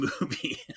movie